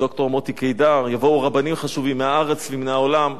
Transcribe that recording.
ד"ר מוטי קידר, יבואו רבנים חשובים מהארץ ומהעולם,